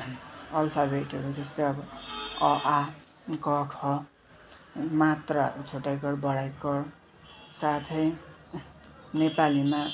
अब अल सब्जेक्टहरू जस्तै अब अ आ क ख मात्राहरू छटाइकार बढाइकार साथै नेपालीमा